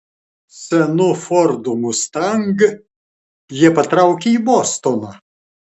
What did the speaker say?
senu fordu mustang jie patraukė į bostoną